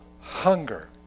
hunger